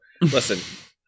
Listen